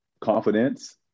confidence